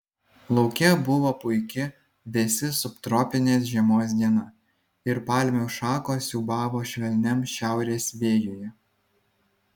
lauke buvo puiki vėsi subtropinės žiemos diena ir palmių šakos siūbavo švelniam šiaurės vėjuje